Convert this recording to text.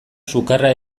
sukarra